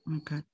okay